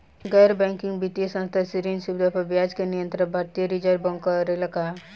गैर बैंकिंग वित्तीय संस्था से ऋण सुविधा पर ब्याज के नियंत्रण भारती य रिजर्व बैंक करे ला का?